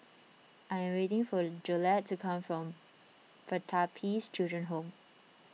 I am waiting for Jolette to come from Pertapis Children Home